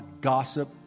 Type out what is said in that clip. gossip